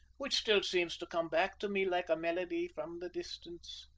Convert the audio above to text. which still seems to come back to me like a melody from the distance.